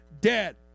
dead